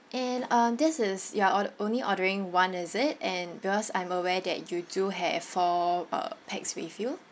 and um this is you're or~ only ordering one is it and because I'm aware that you do have four uh pax with you